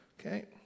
Okay